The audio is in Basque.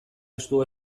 estu